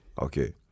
Okay